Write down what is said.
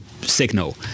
signal